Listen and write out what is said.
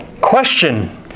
Question